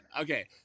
Okay